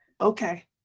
okay